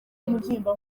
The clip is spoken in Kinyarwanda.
umubyimba